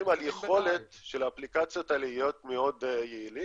על יכולת של אפליקציות להיות מאוד יעילות,